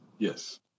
Yes